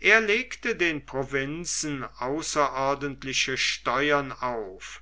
er legte den provinzen außerordentliche steuern auf